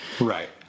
Right